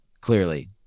clearly